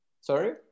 Sorry